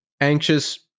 Anxious